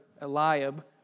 Eliab